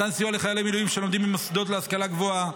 מתן סיוע לחיילי מילואים שלומדים במוסדות להשכלה גבוהה,